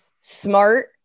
smart